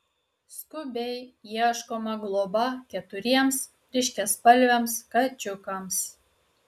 skubiai ieškoma globa keturiems ryškiaspalviams kačiukams